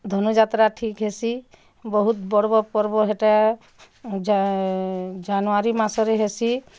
ଧନୁଯାତ୍ରା ଠିକ୍ ହେସି ବହୁତ ବଡ଼ ପର୍ବ ହେଟା ଜା ଜାନୁୟାରୀ ମାସରେ ହେସି